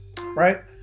right